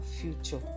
future